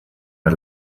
der